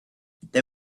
they